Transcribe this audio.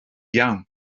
iawn